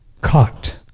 caught